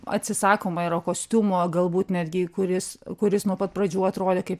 atsisakoma yra kostiumo galbūt netgi kuris kuris nuo pat pradžių atrodė kaip